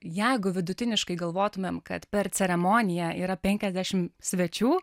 jeigu vidutiniškai galvotumėm kad per ceremoniją yra penkiasdešim svečių